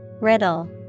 Riddle